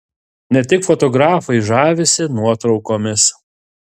ne tik fotografai žavisi nuotraukomis